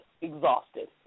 exhausted